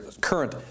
current